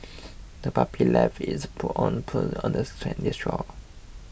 the puppy left its paw prints on the sandy shore